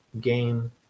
game